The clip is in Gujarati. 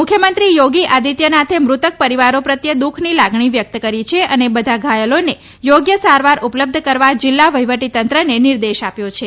મુખ્યમંત્રી થોગી આદિત્યનાથે મૃતક પરિવારો પ્રત્યે દુઃખની લાગણી વ્યક્ત કરી છે અને બધા ઘાયલોને યોગ્ય સારવાર ઉપલબ્ધ કરવા જિલ્લા વહિવટીતંત્રને નિર્દેશ આપ્યા છે